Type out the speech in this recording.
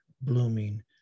blooming